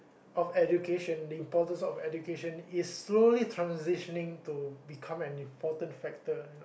of education the importance of education is slowly transitioning to become an important factor you know